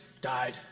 died